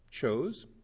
chose